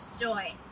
joy